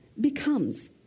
becomes